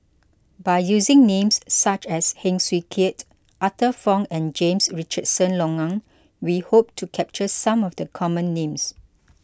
by using names such as Heng Swee Keat Arthur Fong and James Richardson Logan we hope to capture some of the common names